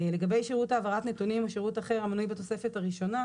לגבי שירות העברת נתונים או שירות אחר המנוי בתוספת הראשונה,